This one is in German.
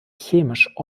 chemisch